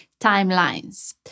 timelines